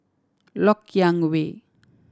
Lok Yang Way